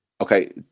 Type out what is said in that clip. okay